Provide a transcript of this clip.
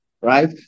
right